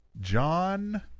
John